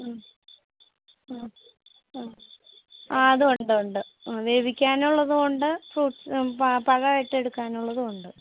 മ്മ് മ്മ് മ്മ് അത് ഉണ്ട് ഉണ്ട് മ്മ് വേവിക്കാനുള്ളതുമുണ്ട് ഫ്രൂട്സ് പഴമായിട്ട് എടുക്കാനുള്ളതുമുണ്ട്